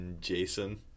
Jason